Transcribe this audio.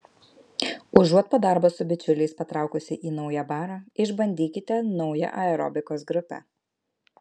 užuot po darbo su bičiuliais patraukusi į naują barą išbandykite naują aerobikos grupę